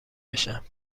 بشم